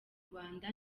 rwanda